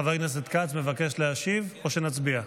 חבר הכנסת כץ, מבקש להשיב או שנצביע?